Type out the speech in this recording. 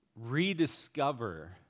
rediscover